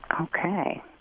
Okay